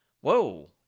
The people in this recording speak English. whoa